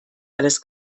alles